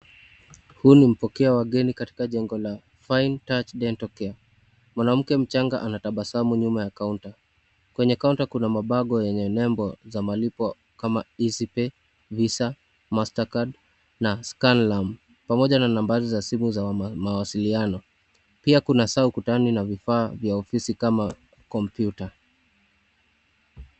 Huyu ni mpokea wageni katika jengo la Fine Touch Dental Care . Mwanamke mchanga anatabasamu nyuma ya kaunta. Kwenye kaunta kuna mabango yenye nembo za malipo kama Easypay , Visa , Mastercard na Scanlam pamoja na nambari za simu za mawasiliano. Pia kuna saa ukutani na vifaa vya ofisi kama kompyuta.